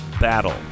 battle